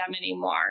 anymore